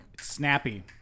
snappy